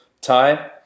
Tie